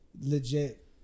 Legit